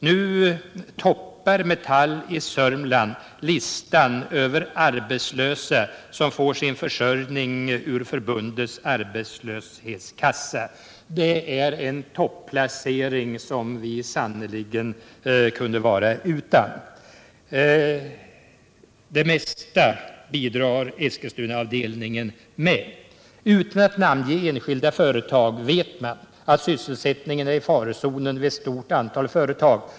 Nu toppar Metall i Sörmland listan över arbetslösa som får sin försörjning ur förbundets arbetslöshetskassa. Det är en topplacering som vi sannerligen kunde vara utan. Det mesta bidrar Eskilstunaavdelningen med. Utan att namnge enskilda företag vet man att sysselsättningen är i farozonen vid ett stort antal företag.